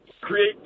create